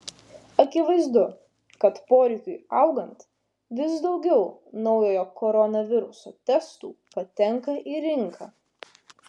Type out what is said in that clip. akivaizdu kad poreikiui augant vis daugiau naujojo koronaviruso testų patenka į rinką